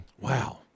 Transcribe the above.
wow